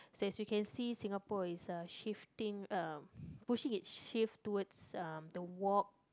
so as you can see Singapore is uh shifting uh pushing its shift towards uh the walk